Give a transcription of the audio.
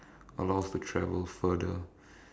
allow us to travel further